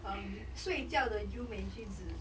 um 睡觉的优美句子